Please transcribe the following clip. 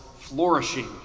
flourishing